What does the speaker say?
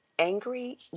angry